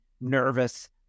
nervous